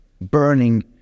burning